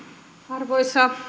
arvoisa